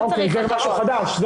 אוקיי, זה משהו חדש.